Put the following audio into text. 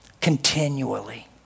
continually